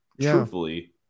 truthfully